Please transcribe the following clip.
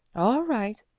all right,